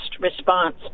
response